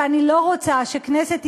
ואני לא רוצה שכנסת ישראל,